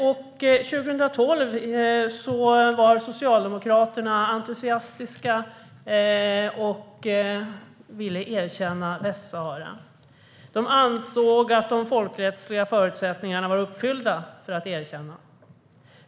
År 2012 var Socialdemokraterna entusiastiska och ville erkänna Västsahara. De ansåg att de folkrättsliga förutsättningarna var uppfyllda för ett erkännande.